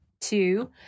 Two